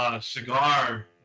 cigar